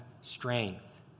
strength